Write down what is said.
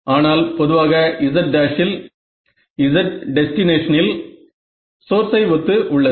ஆனால் பொதுவாக z′ இல் z டெஸ்டினேஷனில் சோர்ஸை ஒத்து உள்ளது